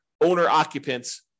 owner-occupants